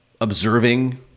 observing